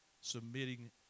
submitting